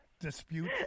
dispute